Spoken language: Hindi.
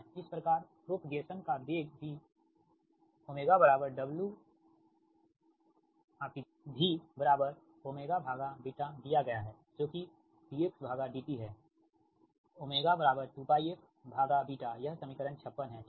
इस प्रकार प्रोपगेसन का वेग v दिया गया है जो कि dxdtहै ω2πfयह समीकरण 56 है ठीक